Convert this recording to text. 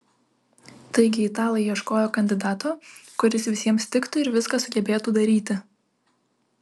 taigi italai ieškojo kandidato kuris visiems tiktų ir viską sugebėtų daryti